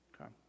Okay